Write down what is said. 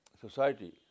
society